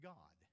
God